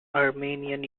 armenian